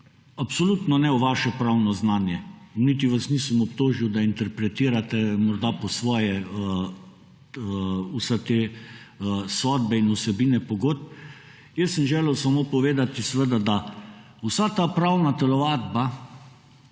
absolutno ne, v vašo pravno znanje, niti vas nisem obtožil, da interpretirate morda po svoje vse te sodbe in vsebine pogodb. Jaz sem želel samo povedati seveda, da vsa ta pravna telovadba